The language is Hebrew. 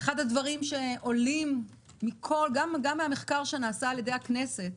אחד הדברים שעולים גם מן המחקר שנערך על ידי הכנסת,